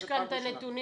יש כאן את הנתונים.